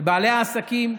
לבעלי העסקים,